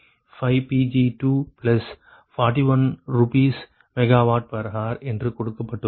35 Pg241 RsMWhr என்று கொடுக்கப்பட்டுள்ளது